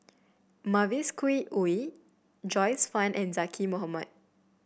Mavis Khoo Oei Joyce Fan and Zaqy Mohamad